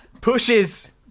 pushes